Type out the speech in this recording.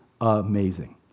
amazing